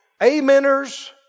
ameners